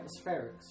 atmospherics